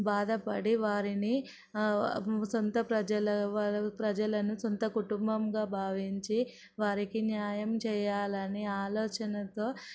బాధపడి వారిని సొంత ప్రజలను ప్రజలను సొంత కుటుంబంగా భావించి వారికి న్యాయం చేయాలని ఆలోచనతో